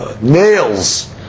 nails